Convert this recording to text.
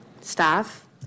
staff